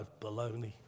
baloney